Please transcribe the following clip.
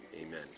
amen